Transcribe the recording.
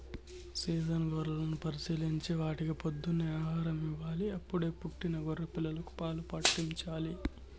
season గొర్రెలను పరిశీలించి వాటికి పొద్దున్నే ఆహారం ఇవ్వాలి, అప్పుడే పుట్టిన గొర్రె పిల్లలకు పాలు పాట్టించాలి